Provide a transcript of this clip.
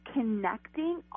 connecting